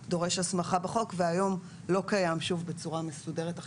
זה דורש הסמכה בחוק, והיום לא קיים בצורה מסודרת.